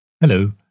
Hello